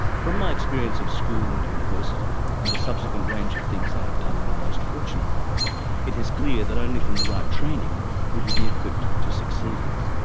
from my experience of school and university and the subsequent range of things i have done in a most fortunate life it is clear that only from the right training will you be equipped to succeed.